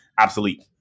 obsolete